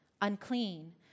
unclean